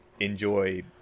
Enjoy